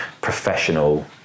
professional